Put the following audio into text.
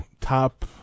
top